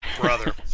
Brother